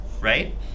right